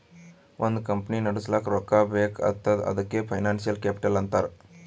ಒಂದ್ ಕಂಪನಿ ನಡುಸ್ಲಾಕ್ ರೊಕ್ಕಾ ಬೇಕ್ ಆತ್ತುದ್ ಅದಕೆ ಫೈನಾನ್ಸಿಯಲ್ ಕ್ಯಾಪಿಟಲ್ ಅಂತಾರ್